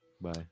Bye